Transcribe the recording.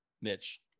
Mitch